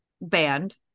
band